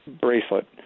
bracelet